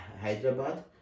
Hyderabad